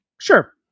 Sure